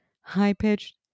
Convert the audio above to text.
high-pitched